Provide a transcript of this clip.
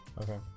Okay